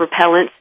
repellents